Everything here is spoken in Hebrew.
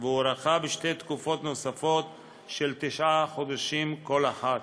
והוארכה בשתי תקופות נוספות של תשעה חודשים כל אחת.